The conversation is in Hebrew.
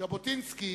"ז'בוטינסקי